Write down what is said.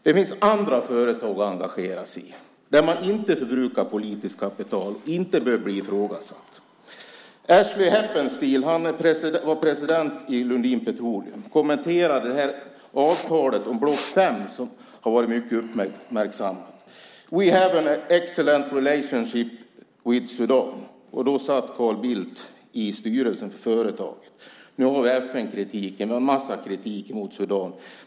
Det finns andra företag att engagera sig i där man inte förbrukar politiskt kapital och inte behöver bli ifrågasatt. Ashley Heppenstall var president i Lundin Petroleum. Han kommenterade det här avtalet om Block 5, som har varit mycket uppmärksammat, med att säga: We have an excellent relationship with Sudan. Då satt Carl Bildt i styrelsen för företaget. Nu finns det FN-kritik och en massa kritik mot Sudan.